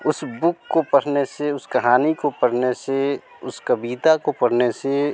उस बुक को पढ़ने से उस कहानी को पढ़ने से उस कविता को पढ़ने से